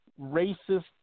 racist